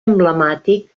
emblemàtic